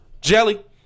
jelly